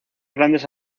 grandes